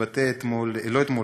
שהתבטא לפני כמה